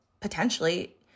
potentially